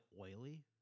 oily